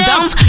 Dumb